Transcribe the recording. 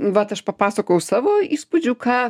vat aš papasakojau savo įspūdžių ką